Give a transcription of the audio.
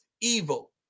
evil